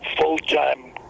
full-time